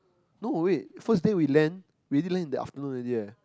no wait first day we land we land in the afternoon already eh